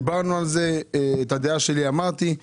כי דיברנו על זה ואת הדעה שלי אמרתי,